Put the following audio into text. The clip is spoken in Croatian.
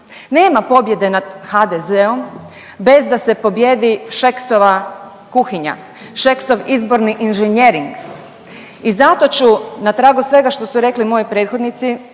Nema pobjede nad HDZ-om bez da se pobijedi šeksova kuhinja. Šeksov izborni inženjering. I zato ću na tragu svega što su rekli moji prethodnici